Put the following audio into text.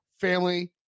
family